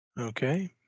Okay